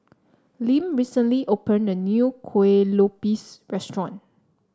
Lim recently opened a new Kuih Lopes restaurant